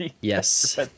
yes